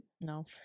No